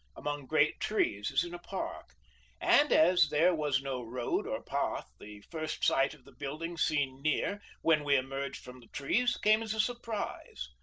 among great trees as in a park and as there was no road or path, the first sight of the building seen near, when we emerged from the trees, came as a surprise.